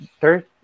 third